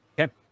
Okay